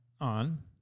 on